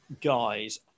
guys